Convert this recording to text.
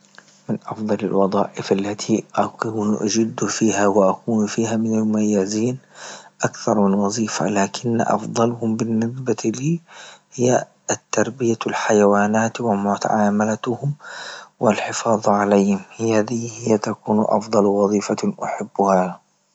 من أفضل الوظائف التي أكون أجد فيها وأكون فيها من المميزين أكثر من وزيفة لكن أفضلهم بالنسبة لي هي التربية الحيوانات و والحفاظ عليهم هي ذي هي تكون أفضل وظيفة أحبها.